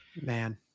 man